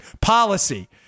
policy